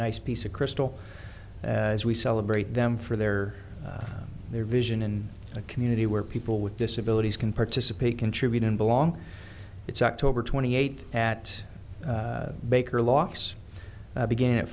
nice piece of crystal as we celebrate them for their their vision in a community where people with disabilities can participate contribute in belong it's october twenty eighth at baker loss begin